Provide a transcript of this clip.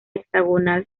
hexagonal